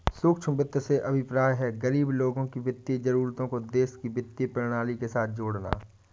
सूक्ष्म वित्त से अभिप्राय है, गरीब लोगों की वित्तीय जरूरतों को देश की वित्तीय प्रणाली के साथ जोड़ना